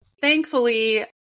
thankfully